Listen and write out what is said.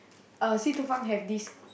uh Si Tu Feng have this